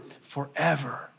forever